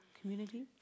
community